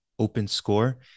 OpenScore